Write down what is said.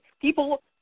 people